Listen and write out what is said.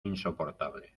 insoportable